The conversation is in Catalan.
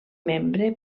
membre